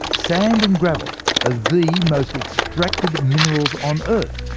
sand and gravel are the most extracted materials on earth,